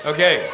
Okay